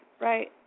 right